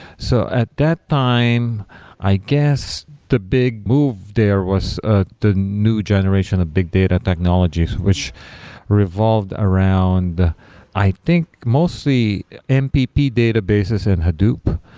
so at that time i guess the big move there was ah the new generation of big data technologies, which revolved around i think mostly mpp databases and hadoop.